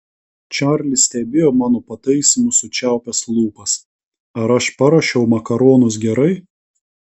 čarlis stebėjo mano pataisymus sučiaupęs lūpas ar aš paruošiau makaronus gerai